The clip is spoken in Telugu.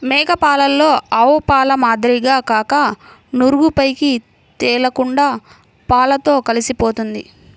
మేక పాలలో ఆవుపాల మాదిరిగా కాక నురుగు పైకి తేలకుండా పాలతో కలిసిపోతుంది